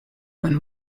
when